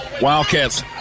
Wildcats